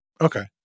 Okay